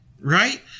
right